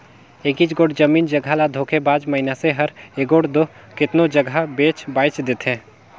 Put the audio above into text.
एकेच गोट जमीन जगहा ल धोखेबाज मइनसे हर एगोट दो केतनो जगहा बेंच बांएच देथे